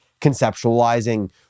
conceptualizing